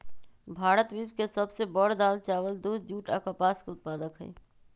भारत विश्व के सब से बड़ दाल, चावल, दूध, जुट आ कपास के उत्पादक हई